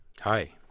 Hi